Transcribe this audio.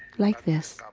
like this.